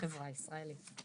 בחברה הישראלית.